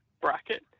bracket